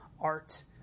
art